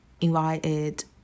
invited